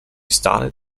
started